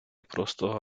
просто